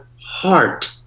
heart